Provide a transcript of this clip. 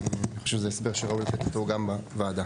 אני חושב שזה ראוי שלתת אותו גם בוועדה.